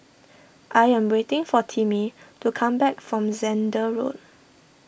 I am waiting for Timmy to come back from Zehnder Road